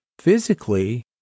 physically